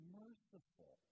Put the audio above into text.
merciful